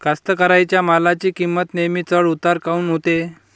कास्तकाराइच्या मालाची किंमत नेहमी चढ उतार काऊन होते?